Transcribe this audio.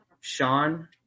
Sean